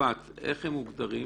הקב"ט איך הם מוגדרים?